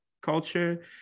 culture